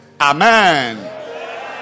Amen